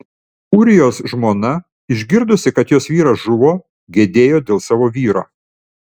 ūrijos žmona išgirdusi kad jos vyras žuvo gedėjo dėl savo vyro